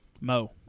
Mo